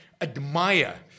admire